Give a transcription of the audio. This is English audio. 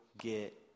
get